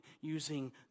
using